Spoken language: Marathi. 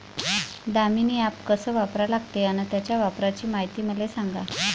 दामीनी ॲप कस वापरा लागते? अन त्याच्या वापराची मायती मले सांगा